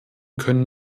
können